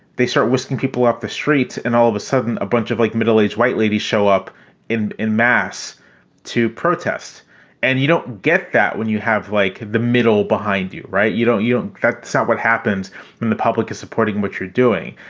they start whisking people off the street and all of a sudden a bunch of, like middle aged white ladies show up in in mass to protest and you don't. get that when you have, like, the middle behind you, right? you don't, you don't. that's not what happens when the public is supporting what you're doing.